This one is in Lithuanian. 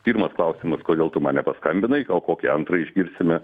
pirmas klausimas kodėl tu man nepaskambinai o kokį antrą išgirsime